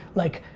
like,